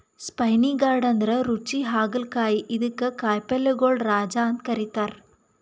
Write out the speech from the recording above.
spiny gourd ಅಂದ್ರ ರುಚಿ ಹಾಗಲಕಾಯಿ ಇದಕ್ಕ್ ಕಾಯಿಪಲ್ಯಗೊಳ್ ರಾಜ ಅಂತ್ ಕರಿತಾರ್